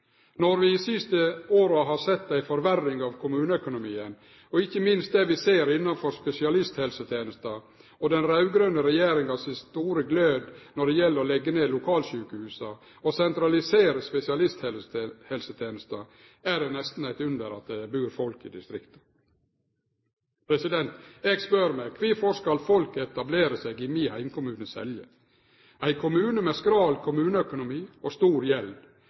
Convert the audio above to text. Når vi i dei siste åra har sett ei forverring av kommuneøkonomien, og ikkje minst det vi ser innanfor spesialisthelsetenesta og den raud-grøne regjeringa sin store glød når det gjeld å leggje ned lokalsjukehusa og sentralisere spesialisthelsetenesta, er det nesten eit under at det bur folk i distrikta. Eg spør meg: Kvifor skal folk etablere seg i min heimkommune, Selje – ein kommune med skral kommuneøkonomi og stor gjeld,